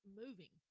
moving